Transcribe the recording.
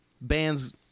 bands